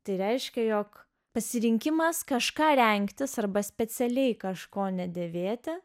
tai reiškia jog pasirinkimas kažką rengtis arba specialiai kažko nedėvėti